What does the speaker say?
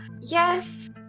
yes